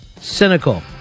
Cynical